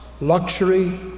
luxury